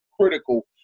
critical